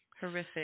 horrific